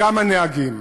גם הנהגים.